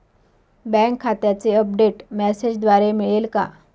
Bank खात्याचे update मेसेजद्वारे मिळेल का?